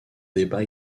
débat